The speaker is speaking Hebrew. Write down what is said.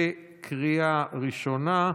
בקריאה ראשונה.